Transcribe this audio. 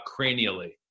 cranially